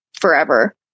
forever